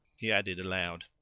he added aloud.